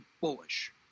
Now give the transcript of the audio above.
bullish